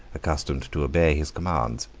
accustomed to obey his commands.